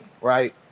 right